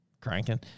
cranking